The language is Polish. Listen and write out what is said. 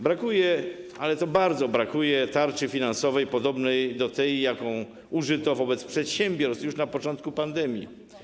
Brakuje - i to bardzo brakuje - tarczy finansowej podobnej do tej, jakiej użyto wobec przedsiębiorców już na początku pandemii.